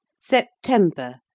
SEPTEMBER